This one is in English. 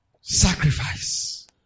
Sacrifice